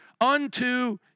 unto